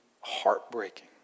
heartbreaking